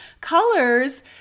colors